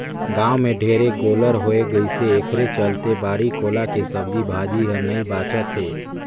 गाँव में ढेरे गोल्लर होय गइसे एखरे चलते बाड़ी कोला के सब्जी भाजी हर नइ बाचत हे